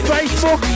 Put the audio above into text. Facebook